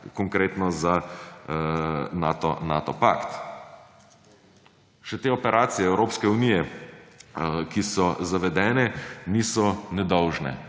konkretno za Nato pakt? Še te operacije Evropske unije, ki so zavedene, niso nedolžne.